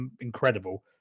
incredible